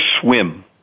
swim